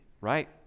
Right